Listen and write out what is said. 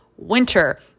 Winter